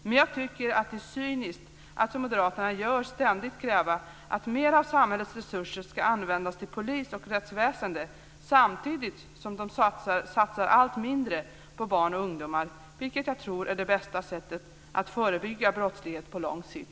Men jag tycker att det är cyniskt att som moderaterna gör ständigt kräva att mer av samhällets resurser ska användas till polis och rättsväsende samtidigt som de satsar allt mindre på barn och ungdomar, vilket jag tror är det bästa sättet att förebygga brottslighet på lång sikt.